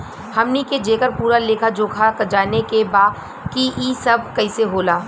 हमनी के जेकर पूरा लेखा जोखा जाने के बा की ई सब कैसे होला?